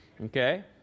Okay